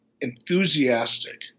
enthusiastic